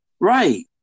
Right